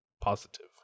positive